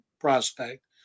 prospect